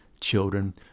children